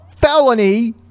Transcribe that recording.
felony